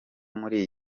muri